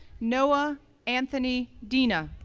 noah anthony dina,